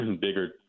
bigger